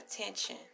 attention